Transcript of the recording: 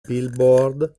billboard